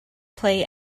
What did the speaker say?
play